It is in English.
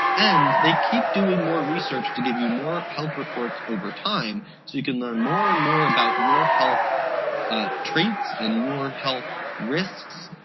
and they keep doing more research to give you more health reports over time so you can learn more and more about your health ah traits and your health risks.